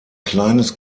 kleines